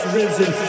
risen